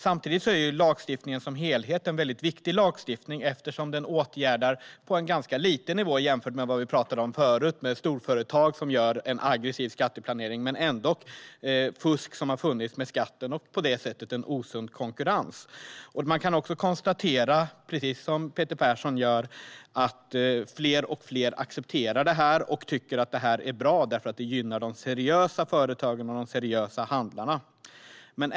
Samtidigt är lagstiftningen som helhet väldigt viktig. Även om den åtgärdar på ganska låg nivå jämfört med vad vi talade om tidigare, det vill säga storföretag som ägnar sig åt aggressiv skatteplanering, handlar det om fusk med skatten och på det sättet osund konkurrens. Man kan också konstatera, precis som Peter Persson gör, att fler och fler accepterar detta och tycker att det är bra eftersom det gynnar de seriösa företagen och de seriösa handlarna.